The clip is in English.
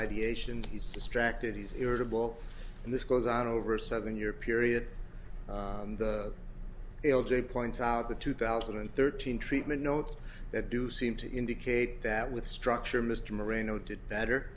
ideations he's distracted he's irritable and this goes on over a seven year period l j points out the two thousand and thirteen treatment note that do seem to indicate that with structure mr marino did better